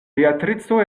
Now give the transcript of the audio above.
beatrico